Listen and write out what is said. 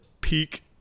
peak